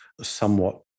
somewhat